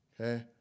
okay